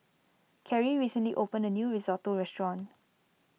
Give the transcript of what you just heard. Carey recently opened a new Risotto restaurant